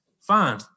fine